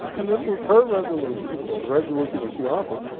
and this was her resolution, or the resolution that she authored,